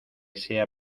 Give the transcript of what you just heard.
sea